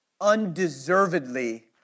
undeservedly